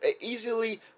easily